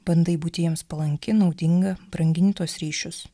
bandai būti jiems palanki naudinga brangint tuos ryšius